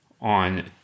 on